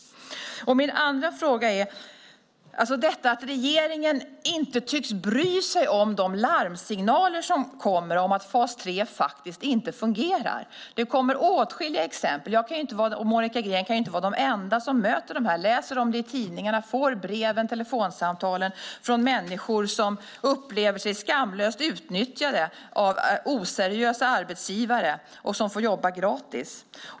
Så till min andra fråga. Regeringen tycks inte bry sig om de larmsignaler som kommer om att fas 3 faktiskt inte fungerar. Det kommer åtskilliga exempel. Jag och Monica Green kan inte vara de enda som möter de personerna, läser om det i tidningarna och får brev och telefonsamtal från människor som upplever sig skamlöst utnyttjade av oseriösa arbetsgivare och får jobba gratis.